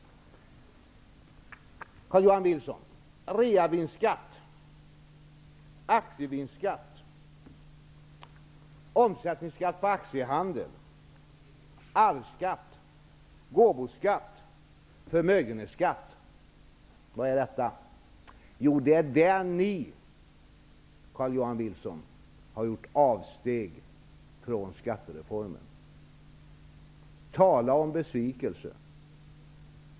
Carl-Johan Wilson, vad är reavinstskatt, aktievinstskatt, omsättningsskatt på aktiehandel, arvsskatt, gåvoskatt och förmögenhetsskatt? Jo, det är där som ni, Carl-Johan Wilson, har gjort avsteg från skattereformen. Tala om besvikelse.